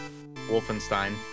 Wolfenstein